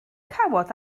cawod